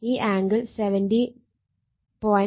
ഈ ആംഗിൾ 70